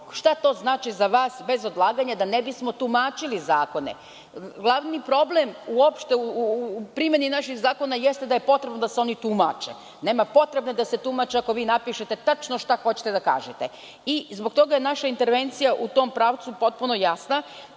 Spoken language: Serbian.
šta to znači za vas „bez odlaganja“, da ne bismo tumačili zakone. Glavni problem uopšte u primeni naših zakona jeste da je potrebno da se oni tumače. Nema potrebe da se tumače ako vi napišete tačno šta hoćete da kažete. Zbog toga je naša intervencija u tom pravcu potpuno jasna.